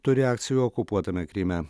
turi akcijų okupuotame kryme